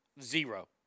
Zero